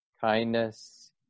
Kindness